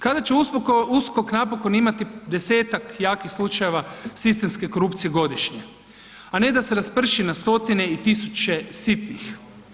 Kada će USKOK napokon imati desetak jakih slučajeva sistemske korupcije godišnje, a ne da se rasprši na stotine i tisuće sitnih?